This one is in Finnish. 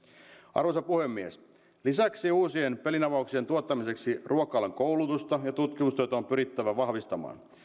arvoisa puhemies lisäksi uusien pelinavauksien tuottamiseksi ruoka alan koulutusta ja tutkimustyötä on pyrittävä vahvistamaan